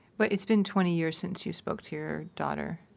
but it's been twenty years since you spoke to your daughter.